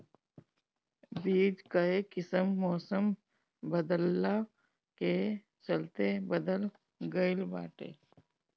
बीज कअ किस्म मौसम बदलला के चलते बदल गइल बाटे